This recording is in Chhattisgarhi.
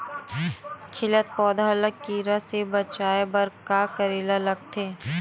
खिलत पौधा ल कीरा से बचाय बर का करेला लगथे?